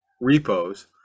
repos